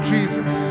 Jesus